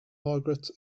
margaret